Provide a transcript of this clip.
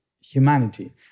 humanity